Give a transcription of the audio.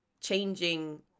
changing